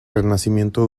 renacimiento